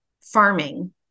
farming